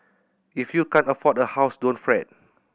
if you can't afford a house don't fret